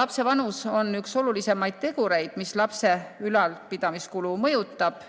Lapse vanus on üks olulisimaid tegureid, mis lapse ülalpidamise kulu mõjutab.